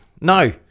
No